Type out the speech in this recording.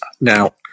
Now